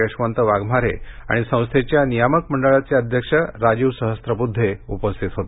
य़शवंत वाघमारे आणि संस्थेच्या नियामक मंडळाचे अध्यक्ष राजीव सहस्रबुद्धे उपस्थित होते